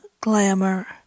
Glamour